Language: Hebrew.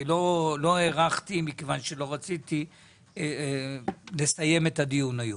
אני לא הארכתי מכיוון שלא רציתי לסיים את הדיון היום.